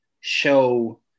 show